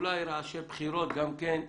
אולי רעשי בחירות גם כן,